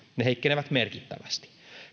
ne heikkenevät merkittävästi